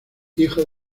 hijo